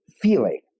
feeling